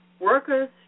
Workers